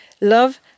Love